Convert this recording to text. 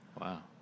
Wow